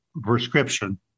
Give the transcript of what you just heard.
prescription